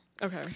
Okay